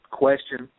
question